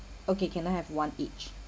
okay can I have one each